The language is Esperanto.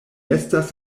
estas